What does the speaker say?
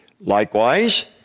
Likewise